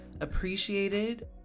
appreciated